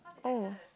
oh